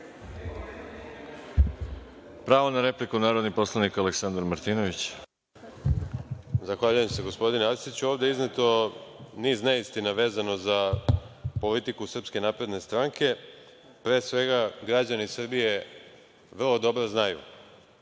Pravo na repliku, narodni poslanik Aleksandar Martinović. **Aleksandar Martinović** Zahvaljujem se, gospodine Arsiću. Ovde je izneto niz neistina vezano za politiku Srpske napredne stranke. Pre svega, građani Srbije vrlo dobro znaju